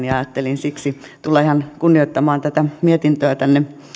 ja ajattelin siksi tulla ihan kunnioittamaan tätä mietintöä tänne